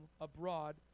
abroad